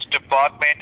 Department